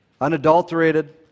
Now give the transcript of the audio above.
unadulterated